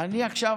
אני עכשיו